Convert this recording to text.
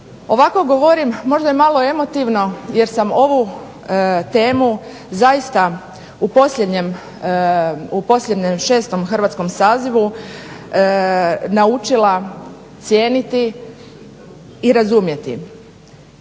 Ovako govorim, možda je malo emotivno, jer sam ovu temu zaista u posljednjem 6. Hrvatskom sazivu naučila cijeniti i razumjeti.